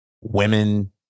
women